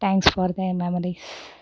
thanks for the memories